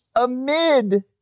amid